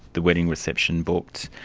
the wedding reception booked,